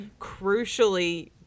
crucially